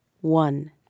One